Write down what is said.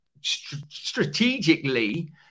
strategically